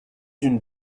d’une